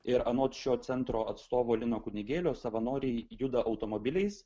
ir anot šio centro atstovo lino kunigėlio savanoriai juda automobiliais